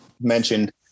mentioned